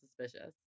suspicious